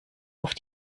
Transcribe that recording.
auf